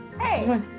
hey